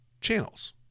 channels